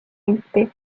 anti